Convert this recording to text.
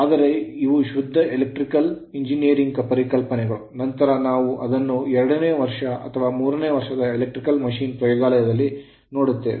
ಆದರೆ ಇವು ಶುದ್ಧ ಎಲೆಕ್ಟ್ರಿಕಲ್ ಎಂಜಿನಿಯರಿಂಗ್ ಪರಿಕಲ್ಪನೆಗಳು ನಂತರ ನಾವು ಅದನ್ನು ಎರಡನೇ ವರ್ಷ ಅಥವಾ ಮೂರನೇ ವರ್ಷದ ಎಲೆಕ್ಟ್ರಿಕಲ್ ಮಷಿನ್ ಪ್ರಯೋಗಾಲಯದಲ್ಲಿ ನೋಡುತ್ತೇವೆ